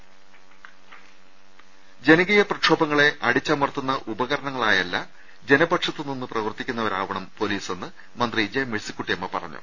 ി അവശ്യങ്ങൾ ജനികീയ പ്രക്ഷോഭങ്ങളെ അടിച്ചമർത്തുന്ന ഉപകരണങ്ങളായല്ല ജനപക്ഷത്ത് നിന്ന് പ്രവർത്തി ക്കുന്നവരാകണം പൊലീസ് എന്ന് മന്ത്രി ജെ മേഴ്സി ക്കുട്ടിയമ്മ പറഞ്ഞു